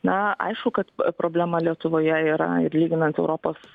na aišku kad problema lietuvoje yra ir lyginant europos